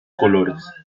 colores